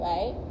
Right